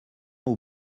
aux